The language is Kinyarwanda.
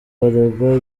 baregwa